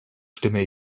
stimme